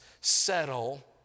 settle